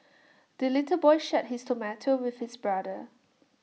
the little boy shared his tomato with his brother